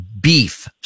beef